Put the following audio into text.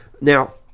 Now